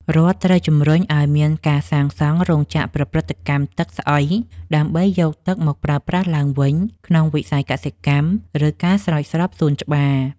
រដ្ឋត្រូវជំរុញឱ្យមានការសាងសង់រោងចក្រប្រព្រឹត្តកម្មទឹកស្អុយដើម្បីយកទឹកមកប្រើប្រាស់ឡើងវិញក្នុងវិស័យកសិកម្ម ឬការស្រោចស្រពសួនច្បារ។